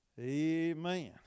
Amen